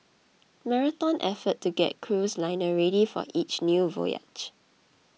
marathon effort to get cruise liner ready for each new voyage